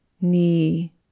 knee